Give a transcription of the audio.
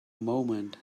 moment